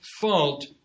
fault